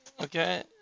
Okay